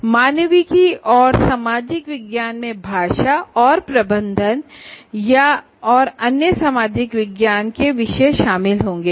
humanities और social science में लैंग्वेजऔर मैनेजमेंटऔर अन्य सोशल साइंस के विषय शामिल होंगे